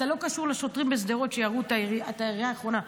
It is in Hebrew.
אתה לא קשור לשוטרים בשדרות שירו את הירייה האחרונה.